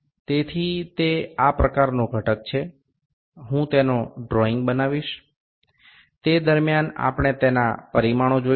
તેથી તે આ પ્રકારનો ઘટક છે હું તેનું ડ્રોઈંગ બનાવીશ તે દરમ્યાન આપણે તેના પરિમાણો જોઈશું